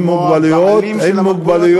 הם לא הבעלים של המוגבלות.